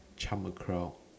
charm a crag